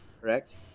correct